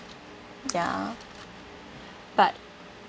ya but